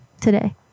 today